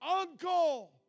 Uncle